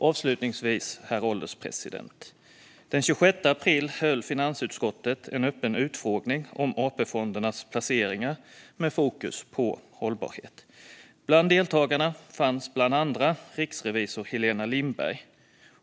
Avslutningsvis, herr ålderspresident: Den 26 april höll finansutskottet en öppen utfrågning om AP-fondernas placeringar med fokus på hållbarhet. Bland deltagarna fanns riksrevisor Helena Lindberg.